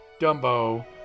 Dumbo